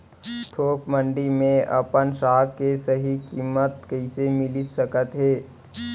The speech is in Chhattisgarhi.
थोक मंडी में अपन साग के सही किम्मत कइसे मिलिस सकत हे?